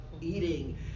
eating